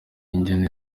ingene